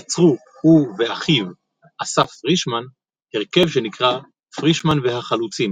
יצרו הוא ואחיו אסף פרישמן הרכב שנקרא "פרישמן והחלוצים".